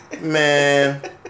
Man